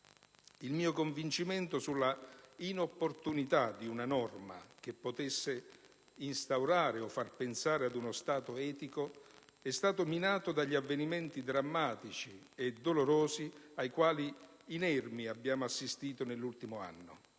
Il mio convincimento sulla inopportunità di una norma che potesse instaurare o far pensare ad uno Stato etico è stato minato dagli avvenimenti drammatici e dolorosi ai quali inermi abbiamo assistito nell'ultimo anno,